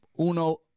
Uno